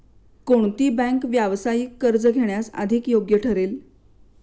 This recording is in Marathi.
कोणती बँक व्यावसायिक कर्ज घेण्यास अधिक योग्य ठरेल?